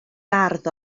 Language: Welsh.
bardd